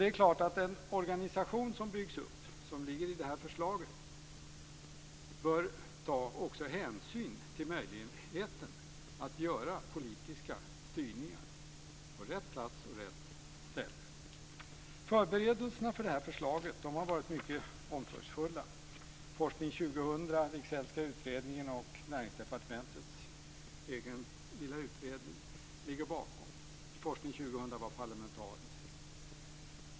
Det är klart att den organisation som byggs upp och som finns i det här förslaget bör ta hänsyn till möjligheten att göra politiska styrningar på rätt plats. Förberedelserna för förslaget har varit mycket omsorgsfulla. Forskning 2000, Wigzellska utredningen och Näringsdepartementets egen lilla utredning ligger bakom. Utredningen Forskning 2000 var parlamentarisk.